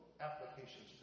applications